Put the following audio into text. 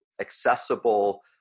accessible